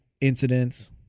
incidents